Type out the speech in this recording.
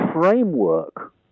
framework